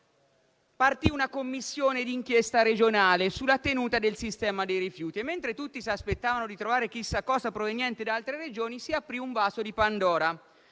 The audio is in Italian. - partì una commissione d'inchiesta regionale sulla tenuta del sistema dei rifiuti. Mentre tutti si aspettavano di trovare chissà cosa proveniente da altre Regioni, si aprì un vaso di Pandora;